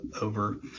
over